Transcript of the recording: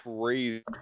crazy